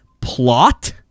plot